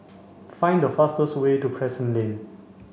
find the fastest way to Crescent Lane